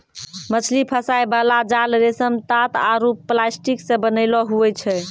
मछली फसाय बाला जाल रेशम, तात आरु प्लास्टिक से बनैलो हुवै छै